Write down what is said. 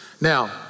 Now